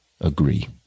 agree